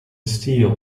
steel